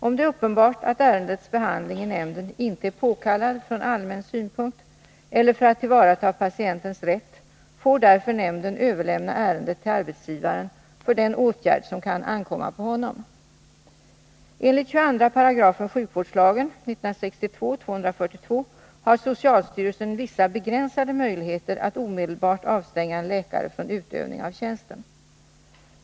Om det är uppenbart att ärendets behandling i nämnden inte är påkallad från allmän synpunkt eller för att tillvarata patientens rätt, får därför nämnden överlämna ärendet till arbetsgivaren för den åtgärd som kan ankomma på honom. Enligt 22 § sjukvårdslagen har socialstyrelsen vissa begränsade möjligheter att omedelbart avstänga en läkare från utövning av tjänsten.